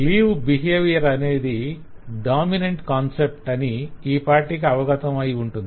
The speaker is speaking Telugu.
లీవ్ బిహేవియర్ అనేది డామినెంట్ కాన్సెప్ట్ అని ఈ పాటికి అవగతం అయి ఉంటుంది